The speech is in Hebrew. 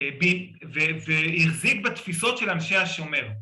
‫והחזיק בתפיסות של אנשי השומר.